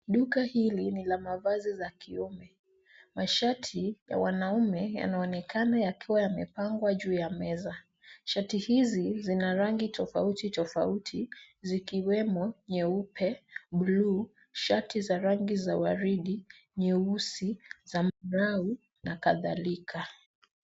Duka hili ni la mavazi za kiume. Mashati ya wanaume yanaonekana yakiwa yamepangwa juu ya meza. Shati hizi zina rangi tofauti tofauti zikiwemo nyeupe, buluu, shati za rangi za waridi, nyeusi, zambarau na kadhalika.